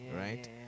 right